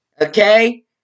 Okay